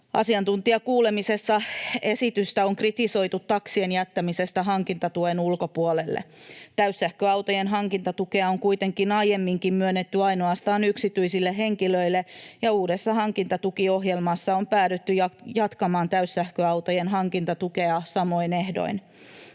Asiantuntijakuulemisessa esitystä on kritisoitu taksien jättämisestä hankintatuen ulkopuolelle. Täyssähköautojen hankintatukea on kuitenkin aiemminkin myönnetty ainoastaan yksityisille henkilöille, ja uudessa hankintatukiohjelmassa on päädytty jatkamaan täyssähköautojen hankintatukea samoin ehdoin.